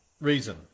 reason